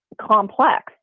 complex